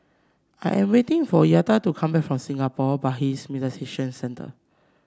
I am waiting for Yetta to come back from Singapore Buddhist Meditation Centre